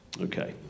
Okay